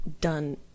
done